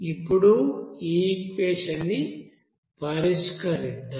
ఇప్పుడు ఈ ఈక్వెషన్ని పరిష్కరిద్దాం